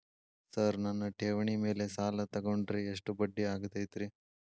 Sir ನನ್ನ ಠೇವಣಿ ಮೇಲೆ ಸಾಲ ತಗೊಂಡ್ರೆ ಎಷ್ಟು ಬಡ್ಡಿ ಆಗತೈತ್ರಿ?